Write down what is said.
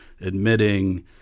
admitting